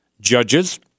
Judges